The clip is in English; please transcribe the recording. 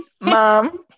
Mom